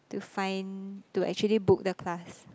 to find to actually book the class